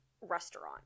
restaurant